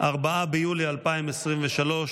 4 ביולי 2023,